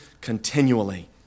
continually